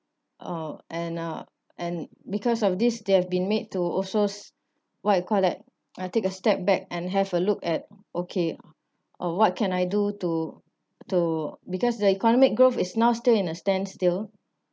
uh and uh and because of this they've been made to also what you call that I take a step back and have a look at okay oh what can I do to to because the economic growth is now still in a stand still